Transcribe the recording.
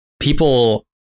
people